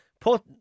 put